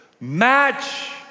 Match